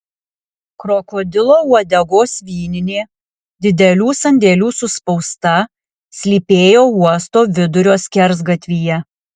krokodilo uodegos vyninė didelių sandėlių suspausta slypėjo uosto vidurio skersgatvyje